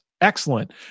excellent